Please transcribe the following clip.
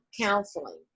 counseling